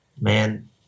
man